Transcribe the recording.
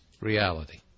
reality